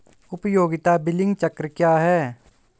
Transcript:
उपयोगिता बिलिंग चक्र क्या है?